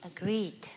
Agreed